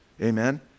amen